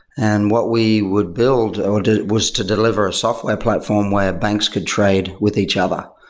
and what we would build was to deliver a software platform where banks could trade with each other.